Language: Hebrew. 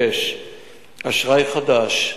6. אשראי חדש,